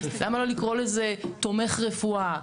למה לא לקרוא לזה תומך רפואה?